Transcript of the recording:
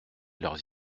leurs